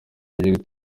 ry’iri